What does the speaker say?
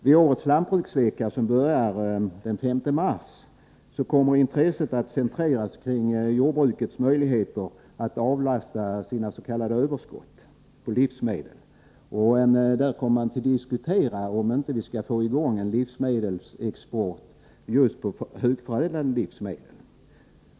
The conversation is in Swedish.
Vid årets lantbruksvecka, som börjar den 5 mars, kommer intresset att centreras kring jordbrukets möjligheter att avlasta sina s.k. överskott på livsmedel. Man kommer att diskutera om vi inte skall få i gång en export av just högförädlade livsmedel.